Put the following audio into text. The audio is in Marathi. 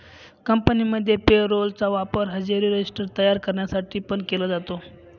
कंपनीमध्ये पे रोल चा वापर हजेरी रजिस्टर तयार करण्यासाठी पण केला जातो